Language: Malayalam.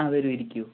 ആ വരൂ ഇരിക്കൂ